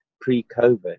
pre-COVID